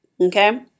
Okay